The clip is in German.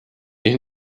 ich